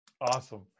Awesome